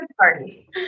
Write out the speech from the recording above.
party